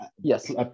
Yes